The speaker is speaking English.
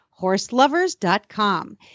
HorseLovers.com